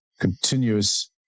continuous